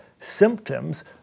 symptoms